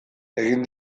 egin